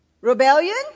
Rebellion